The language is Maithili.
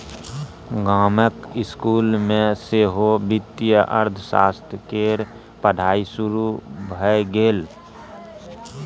गामक इसकुल मे सेहो वित्तीय अर्थशास्त्र केर पढ़ाई शुरू भए गेल